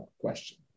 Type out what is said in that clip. question